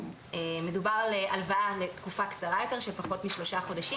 מדובר על הלוואה לתקופה קצרה יותר של פחות משלושה חודשים